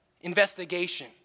investigation